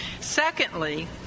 Secondly